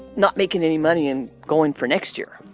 not making any money and going for next year.